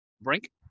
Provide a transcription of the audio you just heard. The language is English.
brink